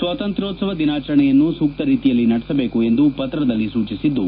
ಸ್ವಾತಂತ್ರ್ಯೋತ್ಸವ ದಿನಾಚರಣೆಯನ್ನು ಸೂಕ್ತ ರೀತಿಯಲ್ಲಿ ನಡೆಸಬೇಕು ಎಂದು ಪತ್ರದಲ್ಲಿ ಸೂಚಿಸಿದ್ದು